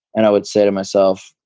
and i would say to myself,